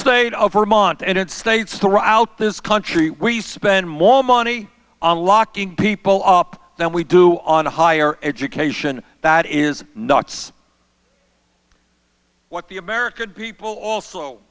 state of vermont and it states throughout this country we spend more money on locking people up than we do on higher education that is nuts what the american people also